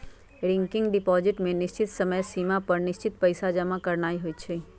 recurring deposit में निश्चित समय सिमा पर निश्चित पइसा जमा करानाइ होइ छइ